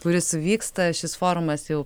kuris vyksta šis forumas jau